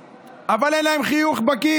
יש להם חיוך על זה